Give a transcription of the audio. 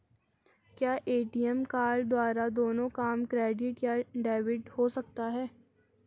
क्या ATM card द्वारा दोनों काम क्रेडिट या डेबिट हो सकता है?